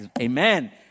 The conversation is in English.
amen